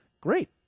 Great